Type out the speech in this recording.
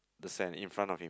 the sand in front of him